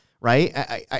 Right